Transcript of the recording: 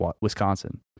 Wisconsin